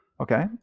Okay